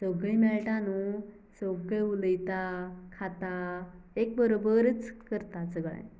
सगळीं मेळटां नुं सगळें उलयतां खाता एक बरोबरच करतां सगळें